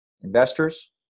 investors